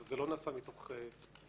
אבל זה לא נעשה מתוך שאננות,